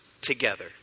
together